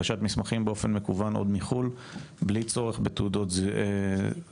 הגשת מסמכים באופן מקוון בחו"ל בלי צורך בתעודות זהות.